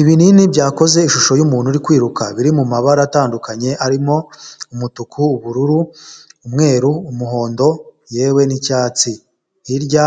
Ibinini byakoze ishusho y'umuntu uri kwiruka biri mu mabara atandukanye arimo umutuku, ubururu, umweru, umuhondo yewe n'icyatsi hirya